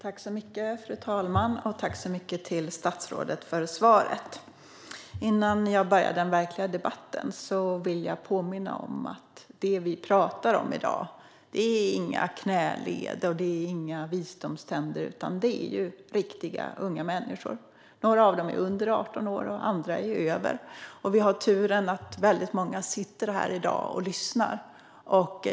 Fru talman! Jag tackar statsrådet för svaret. Innan jag börjar den verkliga debatten vill jag påminna om att det vi pratar om i dag inte är några knäleder eller visdomständer utan riktiga unga människor. Några av dem är under 18 år, andra över. Vi har turen att väldigt många nu sitter på läktaren och lyssnar.